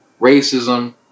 racism